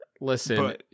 listen